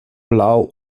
blau